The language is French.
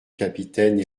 capitaine